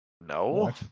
No